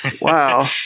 Wow